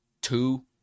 Two